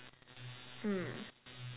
mm